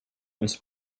uns